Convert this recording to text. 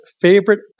favorite